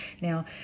Now